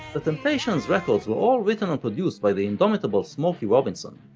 the temptations' records were all written and produced by the indomitable smokey robinson,